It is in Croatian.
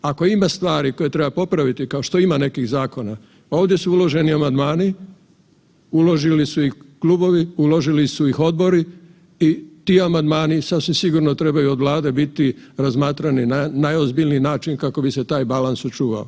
Ako ima stvari koje treba popraviti, kao što ima nekih zakona, ovdje su uloženi amandmani, uložili su ih klubovi, uložili su ih odbori i ti amandmani sasvim sigurno trebaju od Vlade biti razmatrani na najozbiljniji način kako bi se taj balans sačuvao.